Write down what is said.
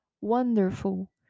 Wonderful